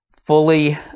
fully